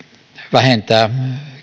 vähentää